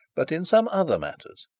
but in some other matters,